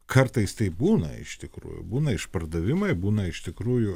kartais taip būna iš tikrųjų būna išpardavimai būna iš tikrųjų